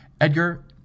Edgar